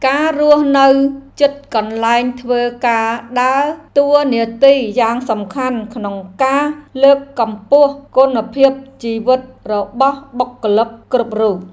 ការរស់នៅជិតកន្លែងធ្វើការដើរតួនាទីយ៉ាងសំខាន់ក្នុងការលើកកម្ពស់គុណភាពជីវិតរបស់បុគ្គលិកគ្រប់រូប។